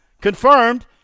confirmed